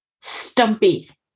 Stumpy